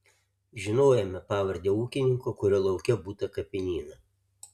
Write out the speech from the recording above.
žinojome pavardę ūkininko kurio lauke būta kapinyno